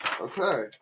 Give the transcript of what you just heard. Okay